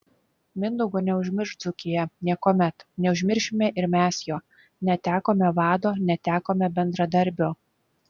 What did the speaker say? mindaugo neužmirš dzūkija niekuomet neužmiršime ir mes jo netekome vado netekome bendradarbio